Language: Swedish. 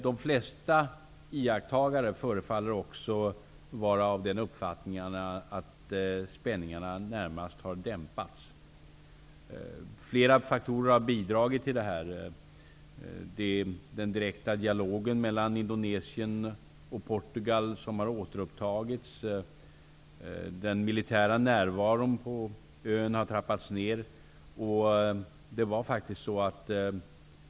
Det flesta iakttagare förefaller också vara av den uppfattningen att spänningarna närmast har dämpats. Flera faktorer har bidragit till detta. Den direkta dialogen mellan Indonesien och Portugal har återupptagits. Den militära närvaron på ön har trappats ner.